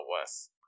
worse